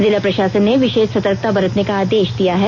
जिला प्रशासन ने विशेष सतर्कता बरतने का आदेश दिया है